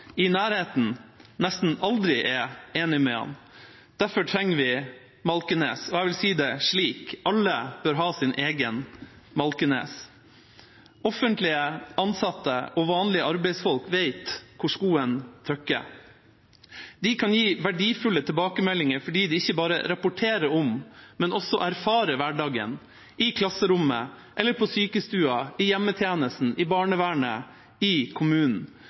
i nærheten nesten aldri er enig med ham. Derfor trenger vi Malkenes. Jeg vil si det slik: Alle bør ha sin egen Malkenes. Offentlig ansatte og vanlige arbeidsfolk vet hvor skoen trykker. De kan gi verdifulle tilbakemeldinger fordi de ikke bare rapporterer om, men også erfarer hverdagen i klasserommet eller på sykestuen, i hjemmetjenesten, i barnevernet, i kommunen.